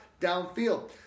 downfield